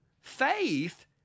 Faith